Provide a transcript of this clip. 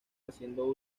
haciendo